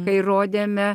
kai rodėme